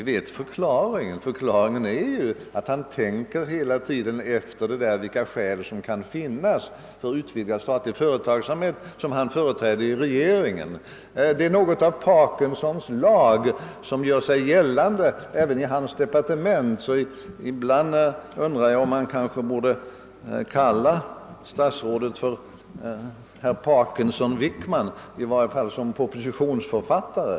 Vi känner till förklaringen: han tänker hela tiden på vilka skäl som kan finnas för en utvidgning av den statliga förelagsamhet som han företräder i regeringen. Något av Parkinsons lag gör sig gällande även i hans departement, och ibland undrar jag om man kanske borde kalla statsrådet för herr Parkinson-Wickman, i varje fall denna gång i hans egenskap av propositionsförfattare.